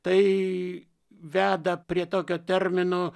tai veda prie tokio termino